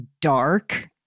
dark